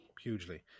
hugely